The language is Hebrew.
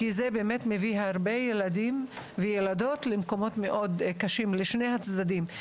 כי זה באמת מביא הרבה ילדים וילדות למקומות מאוד קשים לשני הצדדים,